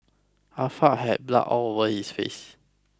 Ah Fa had blood all over his face